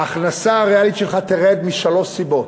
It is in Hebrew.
ההכנסה הריאלית שלך תרד משלוש סיבות: